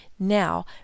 now